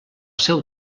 seu